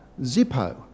Zippo